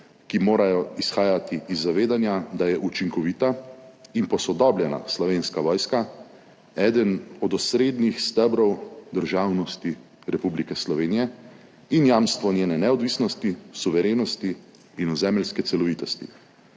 ki morajo izhajati iz zavedanja, da je učinkovita in posodobljena Slovenska vojska eden od osrednjih stebrov državnosti Republike Slovenije in jamstvo njene neodvisnosti, suverenosti in ozemeljske celovitosti.